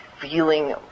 feeling